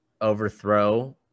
overthrow